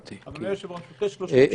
אדוני היושב-ראש, אני מבקש רשות דיבור.